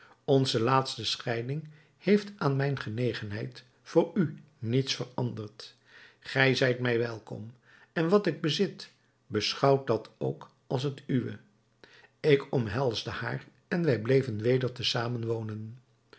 onze laatste scheiding heeft aan mijne genegenheid voor u niets veranderd gij zijt mij welkom en wat ik bezit beschouwt dat ook als het uwe ik omhelsde haar en wij bleven weder te